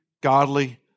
godly